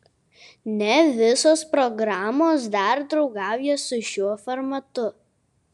ne visos programos dar draugauja su šiuo formatu